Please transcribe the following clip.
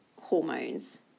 hormones